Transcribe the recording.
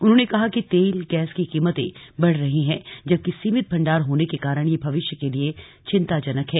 उन्होंने कहा कि तेल गैस की कीमतें बढ़ रही हैं जबकि सीमित भंडार होने के कारण यह भविष्य के लिए चिंताजनक है